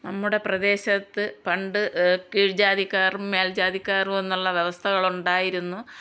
നമ്മുടെ പ്രദേശത്ത് പണ്ട് കീഴ്ജാതിക്കാരും മേൽജാതിക്കാരും എന്നുള്ള വ്യവസ്ഥകളുണ്ടായിരുന്നു